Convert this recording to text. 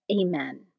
Amen